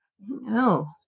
No